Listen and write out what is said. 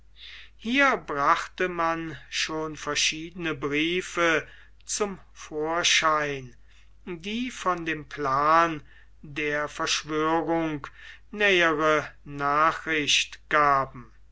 hier brachte man schon verschiedene briefe zum vorschein die von dem plan der verschwörung nähere nachricht gaben